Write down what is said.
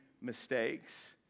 mistakes